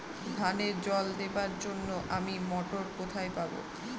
ধানে জল দেবার জন্য আমি মটর কোথায় পাবো?